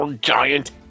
giant